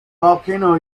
volcano